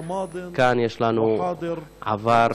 כאן יש לנו עבר,